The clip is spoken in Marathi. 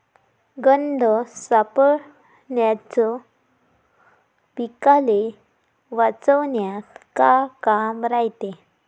गंध सापळ्याचं पीकाले वाचवन्यात का काम रायते?